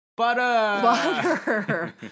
Butter